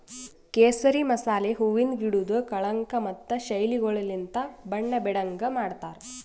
ಕೇಸರಿ ಮಸಾಲೆ ಹೂವಿಂದ್ ಗಿಡುದ್ ಕಳಂಕ ಮತ್ತ ಶೈಲಿಗೊಳಲಿಂತ್ ಬಣ್ಣ ಬೀಡಂಗ್ ಮಾಡ್ತಾರ್